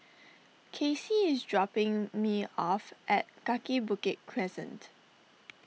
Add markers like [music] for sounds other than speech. [noise] Kacey is dropping me off at Kaki Bukit Crescent